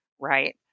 Right